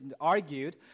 argued